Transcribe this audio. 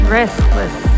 restless